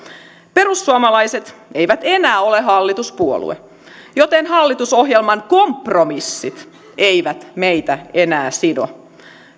perussuomalaiset eivät enää ole hallituspuolue joten hallitusohjelman kompromissit eivät meitä enää sido